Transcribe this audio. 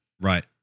Right